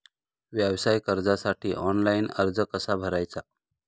व्यवसाय कर्जासाठी ऑनलाइन अर्ज कसा भरायचा?